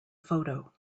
photo